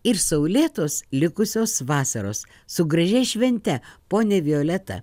ir saulėtos likusios vasaros su gražia švente ponia violeta